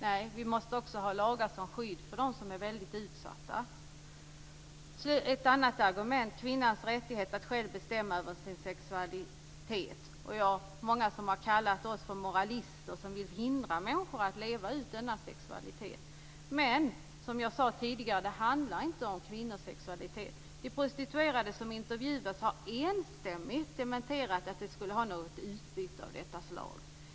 Nej, vi måste också ha lagar som skydd för dem som är väldigt utsatta. Ett annat argument är kvinnans rättighet att själv bestämma över sin sexualitet. Många har kallat oss moralister som vill hindra människor att leva ut denna sexualitet. Men det handlar inte, som jag sade tidigare, om kvinnors sexualitet. De prostituerade som intervjuats har enstämmigt dementerat att de skulle ha något utbyte av detta slag.